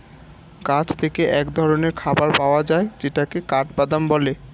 গাছ থেকে এক ধরনের খাবার পাওয়া যায় যেটাকে কাঠবাদাম বলে